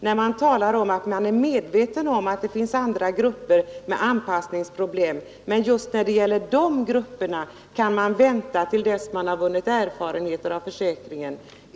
Man talar visserligen där om att man är medveten om att det finns andra grupper med anpassningsproblem, man just när det gäller dem skall man vänta tills erfarenheter av de nya bestämmelserna har vunnits.